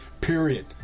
Period